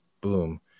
boom